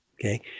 Okay